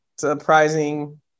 surprising